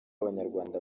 abanyarwanda